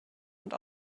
und